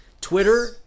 Twitter